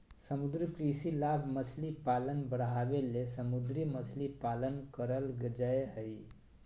समुद्री कृषि लाभ मछली पालन बढ़ाबे ले समुद्र मछली पालन करल जय हइ